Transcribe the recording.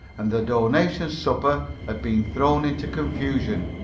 and the donation supper had been thrown into confusion.